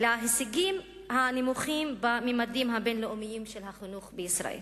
להישגים הנמוכים במדדים הבין-לאומיים של החינוך בישראל,